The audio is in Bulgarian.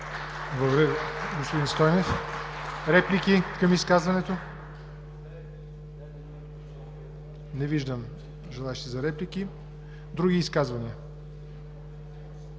Благодаря, господин Стойнев. Реплики към изказването? Не виждам желаещи за реплики. Други изказвания?